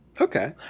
Okay